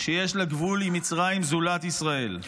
שיש לה גבול מצרים זולת ישראל.